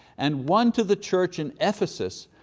and one to the church in ephesus,